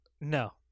no